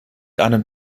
einem